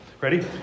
Ready